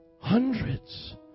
Hundreds